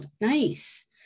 Nice